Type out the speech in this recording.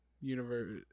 universe